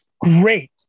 Great